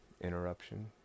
interruption